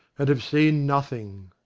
and have seen nothing!